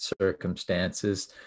circumstances